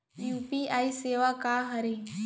UPI सेवा का हरे?